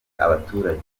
abaturage